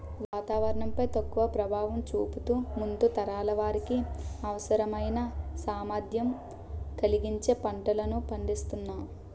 వాతావరణం పై తక్కువ ప్రభావం చూపుతూ ముందు తరాల వారికి అవసరమైన సామర్థ్యం కలిగించే పంటలను పండిస్తునాం